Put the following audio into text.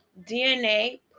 dna